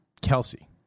Kelsey